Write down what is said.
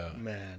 man